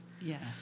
Yes